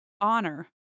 honor